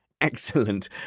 Excellent